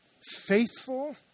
faithful